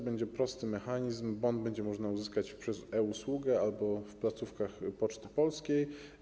Będzie prosty mechanizm, bon będzie można uzyskać przez e-usługę albo w placówkach Poczty Polskiej.